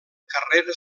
carrera